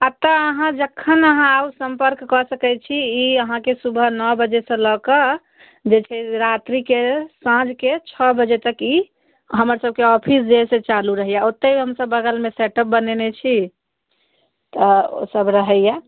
आब तऽ अहाँ जखन अहाँ आउ सम्पर्क कऽ सकैत छी ई अहाँकेँ सुबह नओ बजेसँ लऽ कऽ जे छै रात्रिके साँझके छओ बजे तक ई हमर सबके ऑफिस जे अइ से चालू रहैया ओतेक हमसब बगलमे सेटप बनयने छी तऽ ओसब रहैया